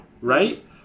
right